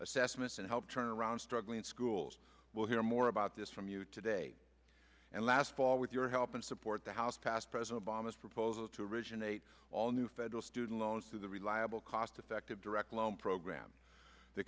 assessments and help turn around struggling schools we'll hear more about this from you today and last fall with your help and support the house passed president obama's proposal to originate all new federal student loans through the reliable cost effective direct loan program the